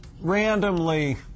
randomly